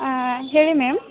ಹಾಂ ಹೇಳಿ ಮ್ಯಾಮ್